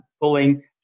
pulling